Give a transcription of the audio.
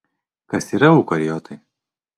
kas yra eukariotai